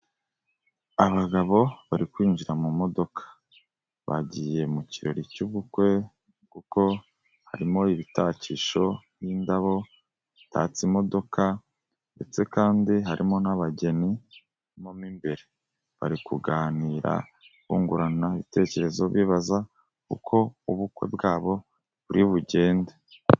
Abagabo bari kwinjira mu modoka bagiye mu kirori cy'ubukwe kuko harimo ibitakisho by'indabo bitatse imodoka ndetse kandi harimo n'abageni mo mu imbere, bari kuganira bungurana ibitekerezo bibaza uko ubukwe bwabo buri bugende.